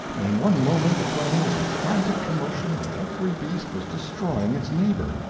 and in one moment the plain was a frantic commotion and every beast was destroying its neighbor.